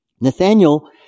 Nathaniel